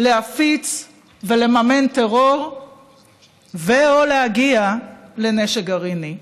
להפיץ ולממן טרור ו/או להגיע לנשק גרעיני.